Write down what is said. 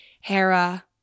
Hera